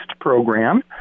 program